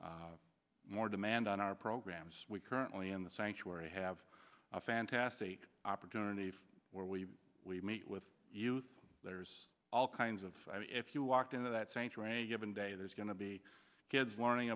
more more demand on our programs we currently in the sanctuary have a fantastic opportunity where we we meet with youth there's all kinds of if you walked in that sense for a given day there's going to be kids learning